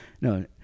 no